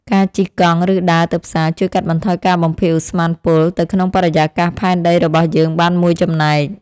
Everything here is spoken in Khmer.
ការជិះកង់ ឬដើរទៅផ្សារជួយកាត់បន្ថយការបំភាយឧស្ម័នពុលទៅក្នុងបរិយាកាសផែនដីរបស់យើងបានមួយចំណែក។